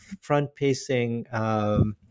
front-pacing